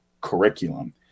curriculum